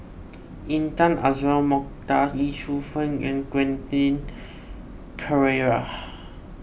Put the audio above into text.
Intan Azura Mokhtar Lee Shu Fen and Quentin Pereira